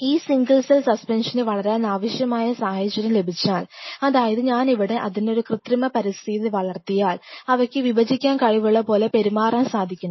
ഈ single cell സസ്പെന്ഷന് വളരാൻ ആവശ്യമായ സാഹചര്യം ലഭിച്ചാൽ അതായത് ഞാനിവിടെ അതിനെ ഒരു കൃത്രിമ പരിസ്ഥിതിയിൽ വളർത്തിയാൽ അവയ്ക്ക് വിഭജിക്കാൻ കഴിവുള്ള പോലെ പെരുമാറാൻ സാധിക്കണം